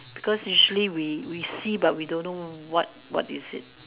because usually we we see but we don't know what what is it